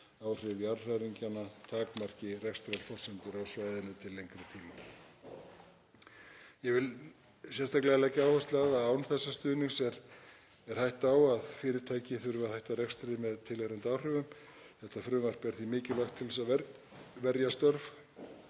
áhrif jarðhræringanna takmarki rekstrarforsendur á svæðinu til lengri tíma. Ég vil sérstaklega leggja áherslu á að án þessa stuðnings er hætta á að fyrirtæki þurfi að hætta rekstri með tilheyrandi áhrifum. Þetta frumvarp er því mikilvægt til að verja störf